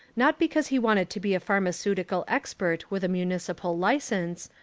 not because he wanted to be a pharmaceutical ex pert with a municipal licence,